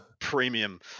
premium